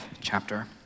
chapter